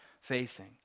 facing